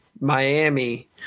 Miami